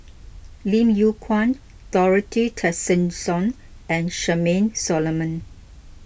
Lim Yew Kuan Dorothy Tessensohn and Charmaine Solomon